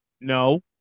No